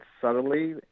subtly